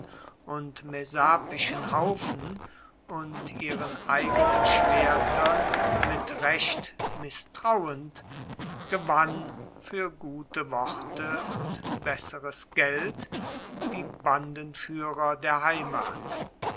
und messapischen haufen und ihren eigenen schwertern mit recht misstrauend gewann fuer gute worte und besseres geld die bandenfuehrer der heimat